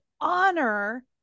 honor